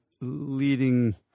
leading